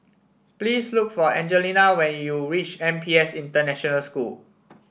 please look for Angelina when you reach N P S International School